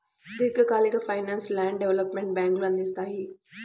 దీర్ఘకాలిక ఫైనాన్స్ను land development బ్యేంకులు అందిత్తాయి